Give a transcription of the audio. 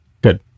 Good